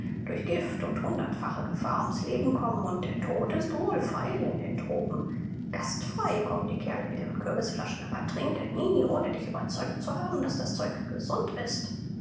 durch gift und hundertfache gefahr ums leben kommen und der tod ist wohlfeil in den tropen gastfrei kommen die kerle mit ihren kürbisflaschen aber trinke nie ohne dich überzeugt zu haben daß das zeug gesund ist